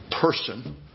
person